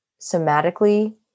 somatically